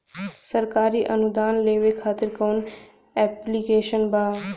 सरकारी अनुदान लेबे खातिर कवन ऐप्लिकेशन बा?